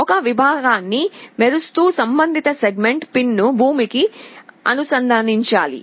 ఒక విభాగాన్ని వెలుగుతూ సంబంధిత సెగ్మెంట్ పిన్ ను భూమికి అనుసంధానించాలి